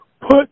Put